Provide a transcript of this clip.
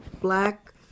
black